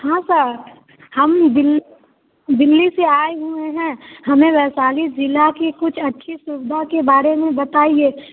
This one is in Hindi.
हाँ सर हम दिल दिल्ली से आए हुए हैं हमें वैशाली ज़िले के कुछ अच्छी सुविधा के बारे में बताइए